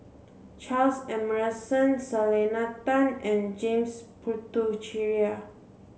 Charles Emmerson Selena Tan and James Puthucheary